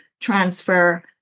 transfer